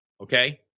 okay